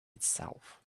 itself